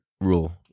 rule